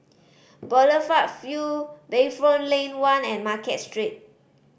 Boulevard Vue Bayfront Lane One and Market Street